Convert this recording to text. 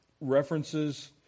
references